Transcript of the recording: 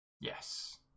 Yes